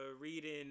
reading